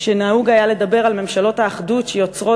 שנהוג היה לדבר על ממשלות האחדות שיוצרות